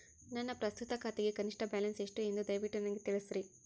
ನನ್ನ ಪ್ರಸ್ತುತ ಖಾತೆಗೆ ಕನಿಷ್ಠ ಬ್ಯಾಲೆನ್ಸ್ ಎಷ್ಟು ಎಂದು ದಯವಿಟ್ಟು ನನಗೆ ತಿಳಿಸ್ರಿ